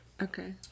Okay